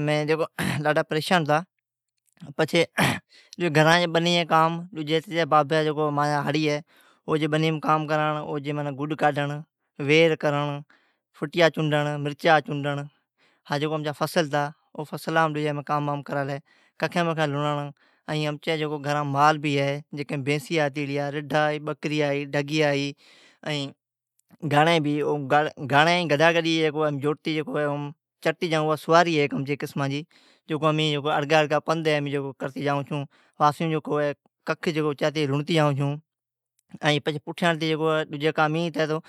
مین جھام پریشان ھتا۔ ائین پچھی مین بنیم دھندھا کرتا۔ ائین مانجا بابا ھاڑی ہے تو مین ویر کرتا، فٹیا چنڈتا، مرچا چنڈتا ائین مالا لی ککھین لڑتا۔ ائین امچا مال بھی ہے دھگیا ہی، بینسیا ہی، بکریا ہی ائین گاڑین ہی ائین گڈھ گاڈی ہے جکیم امین چڑتی جائون، اوا امچی ہیکی قسما جی سواری ہے۔ ائین اڑگا اڑگا پندھ کرتی جائون چھون ائین واپسیم کھک لڑتی آئون چھون۔ ائین پچھی ڈجی کام ائین ہتی تو،